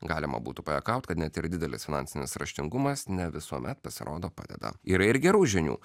galima būtų pajuokaut kad net ir didelis finansinis raštingumas ne visuomet pasirodo padeda yra ir gerų žinių